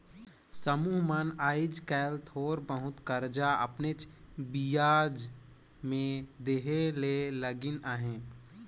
समुह मन आएज काएल थोर बहुत करजा अपनेच बियाज में देहे ले लगिन अहें